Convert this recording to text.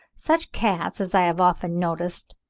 such cats, as i have often noticed,